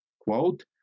quote